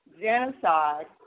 genocide